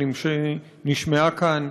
שנשמעה כאן,